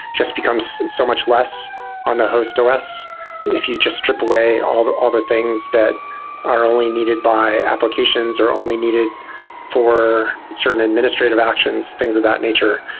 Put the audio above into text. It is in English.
just becomes so much less on the host os if you just strip away all the all the things that are only needed by applications, or are only needed for certain administrative actions, things of that nature.